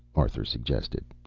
arthur suggested,